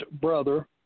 brother